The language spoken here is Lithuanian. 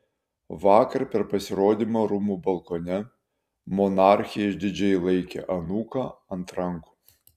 vakar per pasirodymą rūmų balkone monarchė išdidžiai laikė anūką ant rankų